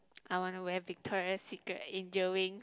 I wanna wear Victoria-Secret angel wing